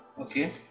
Okay